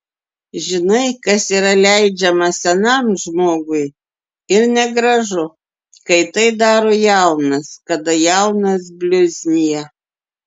žinai kas yra leidžiama senam žmogui ir negražu kai tai daro jaunas kada jaunas bliuznija